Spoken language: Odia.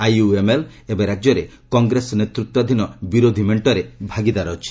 ଆଇୟୁଏମ୍ଏଲ୍ ଏବେ ରାଜ୍ୟରେ କଂଗ୍ରେସ ନେତୃତ୍ୱାଧୀନ ବିରୋଧୀ ମେଣ୍ଟରେ ଭାଗୀଦାର ଅଛି